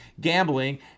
gambling